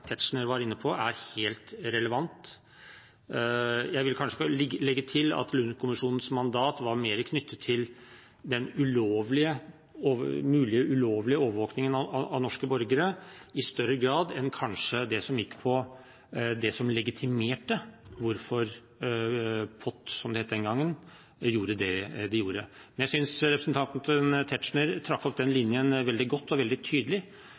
Tetzschner var inne på, er helt relevant. Jeg vil kanskje legge til at Lund-kommisjonens mandat i større grad var knyttet til den mulige ulovlige overvåkingen av norske borgere, enn til det som kanskje legitimerte hvorfor POT, som det het den gangen, gjorde det de gjorde. Jeg syntes representanten Tetzschner trakk opp den linjen veldig godt og veldig tydelig,